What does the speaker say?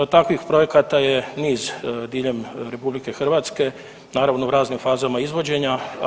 Takvih projekata je niz diljem RH, naravno u raznim fazama izvođenja.